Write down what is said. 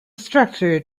structure